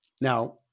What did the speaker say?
Now